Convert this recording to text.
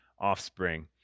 offspring